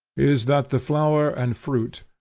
is that the flower and fruit,